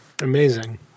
Amazing